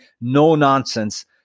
no-nonsense